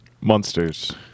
Monsters